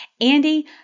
Andy